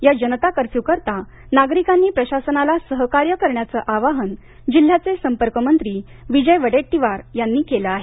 या जनता कर्फ्यू करीता नागरिकांनी प्रशासनाला सहकार्य करण्याचं आवाहन जिल्ह्याचे संपर्कमंत्री विजय वडेट्टीवार यांनी केलं आहे